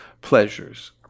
pleasures